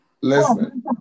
Listen